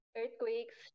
earthquakes